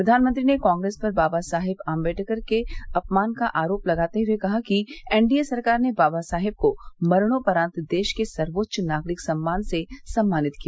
प्रधानमंत्री ने कांग्रेस पर बाबा साहेब आंबेडकर का अपमान करने का आरोप लगाते हए कहा कि एनडीए सरकार ने बाबा साहेब को मरणोपरांत देश के सर्वोच्च नागरिक सम्मान से सम्मानित किया